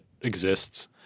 exists